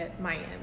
Miami